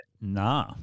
Nah